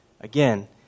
Again